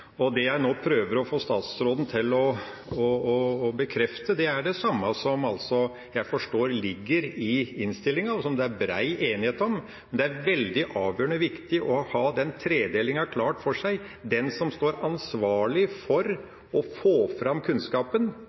Og det jeg nå prøver å få statsråden til å bekrefte, er det samme som jeg forstår ligger i innstillinga, og som det er bred enighet om. Men det er veldig avgjørende og viktig å ha den tredelinga klart for seg: Det skal være én part som er ansvarlig for å få fram kunnskapen